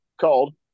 Called